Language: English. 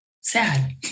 sad